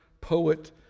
Poet